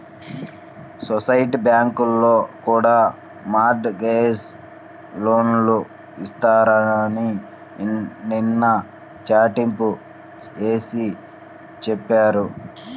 society బ్యాంకుల్లో కూడా mortgage లోన్లు ఇస్తున్నారని నిన్న చాటింపు వేసి చెప్పారు